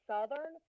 Southern